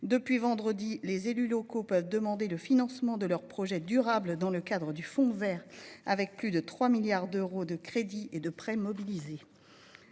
Depuis vendredi, les élus locaux peuvent demander le financement de leurs projets durables dans le cadre du fonds vert, plus de 3 milliards d'euros de crédits et de prêts étant mobilisés